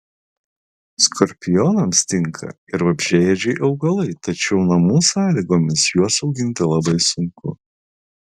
skorpionams tinka ir vabzdžiaėdžiai augalai tačiau namų sąlygomis juos auginti labai sunku